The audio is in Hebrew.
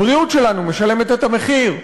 הבריאות שלנו משלמת את המחיר,